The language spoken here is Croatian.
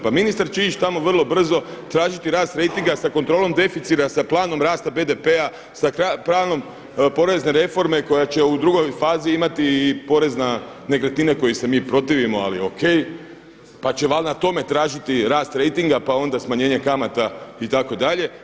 Pa ministar će ići tamo vrlo brzo tražiti rast rejtinga sa kontrolom deficita, sa planom rasta BDP-a, sa planom porezne reforme koja će u drugoj fazi imati i porez na nekretnine kojem se mi protivimo ali o.k. Pa će valjda na tome tražiti rast rejtinga, pa onda smanjenje kamata itd.